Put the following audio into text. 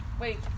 Wait